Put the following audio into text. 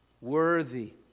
Worthy